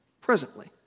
presently